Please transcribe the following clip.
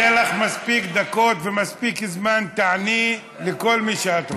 יהיו לך מספיק דקות ומספיק זמן ותעני לכל מי שאת רוצה.